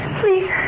please